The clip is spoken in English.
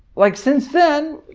like since then,